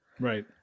right